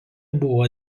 buvo